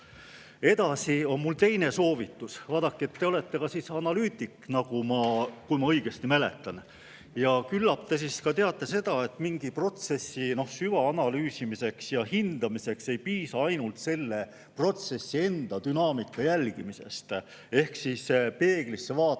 Edasi on mul teine soovitus. Vaadake, te olete analüütik, kui ma õigesti mäletan, ja küllap te teate seda, et mingi protsessi süvaanalüüsimiseks ja hindamiseks ei piisa ainult selle protsessi enda dünaamika jälgimisest ehk siis peeglisse vaatamisest,